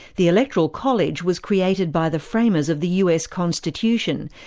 the electoral college was created by the framers of the us constitution,